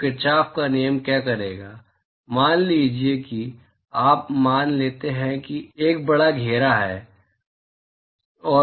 तो किरचॉफ का नियम क्या करेगा मान लीजिए कि आप मान लेते हैं कि एक बड़ा घेरा है